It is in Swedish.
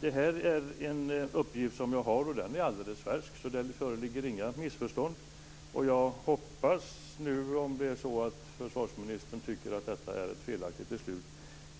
Det här är en uppgift som är alldeles färsk, så det föreligger inga missförstånd. Jag hoppas att försvarsministern, om han nu tycker att detta är ett felaktigt beslut,